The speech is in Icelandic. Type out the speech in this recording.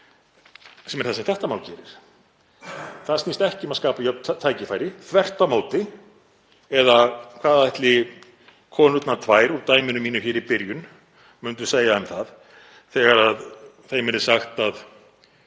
sem er það sem þetta mál gerir. Það snýst ekki um að skapa jöfn tækifæri, þvert á móti. Eða hvað ætli konurnar tvær úr dæminu mínu hér í byrjun myndu segja um það þegar þeim yrði sagt að